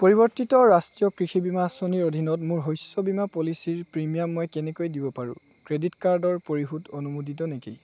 পৰিৱৰ্তিত ৰাষ্ট্ৰীয় কৃষি বীমা আঁচনিৰ অধীনত মোৰ শস্য বীমা পলিচীৰ প্ৰিমিয়াম মই কেনেকৈ দিব পাৰোঁ ক্ৰেডিট কাৰ্ডৰ পৰিশোধ অনুমোদিত নেকি